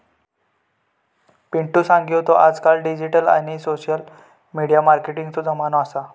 पिंटु सांगी होतो आजकाल डिजिटल आणि सोशल मिडिया मार्केटिंगचो जमानो असा